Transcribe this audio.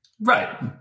Right